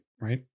right